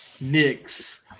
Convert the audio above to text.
Knicks